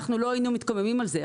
אנחנו לא היינו מתקוממים על זה,